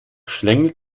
schlängelt